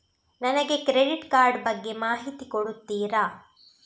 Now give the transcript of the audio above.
ನನಗೆ credit card ಬಗ್ಗೆ ಮಾಹಿತಿ ಕೊಡುತ್ತೀರಾ?